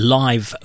live